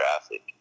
athlete